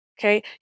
Okay